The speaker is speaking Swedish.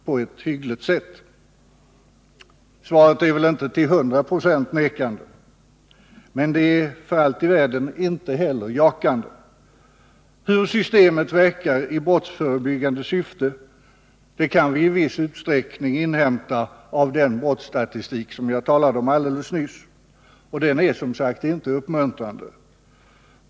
Svaren på dessa frågor är väl inte till hundra procent nekande, men de är förvisso inte heller jakande. Hur åtgärderna i brottsförebyggande syfte verkar kan vi i viss utsträckning utläsa ur den brottsstatistik som jag talade om alldeles nyss. Den är som sagt inte uppmuntrande.